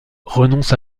renonce